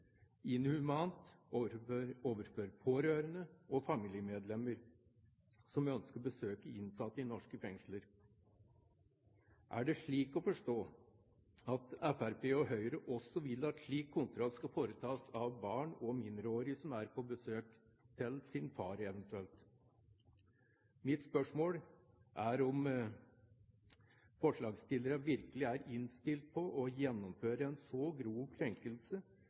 inhumant overfor pårørende og familiemedlemmer som ønsker å besøke innsatte i norske fengsler. Er det slik å forstå at Fremskrittspartiet og Høyre også vil at slik kontroll skal foretas av barn og mindreårige som er på besøk hos eventuelt sin far? Mitt spørsmål er om forslagsstillerne virkelig er innstilt på å gjennomføre en så grov krenkelse